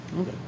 okay